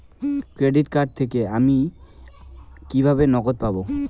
Credit card থেকে আমি কিভাবে নগদ পাব?